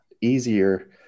easier